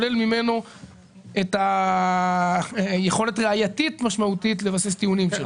את היכולת הראייתית המשמעותית לבסס טיעונים.